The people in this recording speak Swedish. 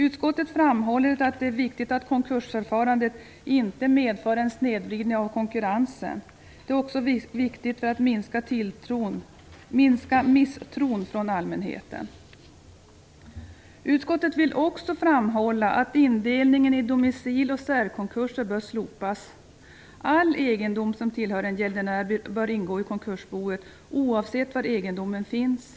Utskottet framhåller att det är viktigt att konkursförfarandet inte medför en snedvridning av konkurrensen. Det är också viktigt att minska misstron från allmänheten. Utskottet vill också framhålla att indelningen i domicil och särkonkurser bör slopas. All egendom som tillhör en gäldenär bör ingå i konkursboet oavsett var egendomen finns.